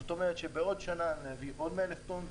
זאת אומרת שבעוד שנה אני אביא עוד 100,000 טון,